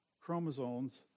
chromosomes